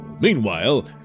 Meanwhile